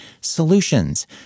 solutions